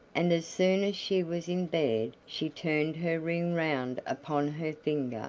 and as soon as she was in bed she turned her ring round upon her finger,